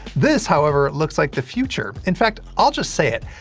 this, however, looks like the future. in fact, i'll just say it.